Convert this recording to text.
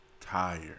tired